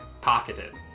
pocketed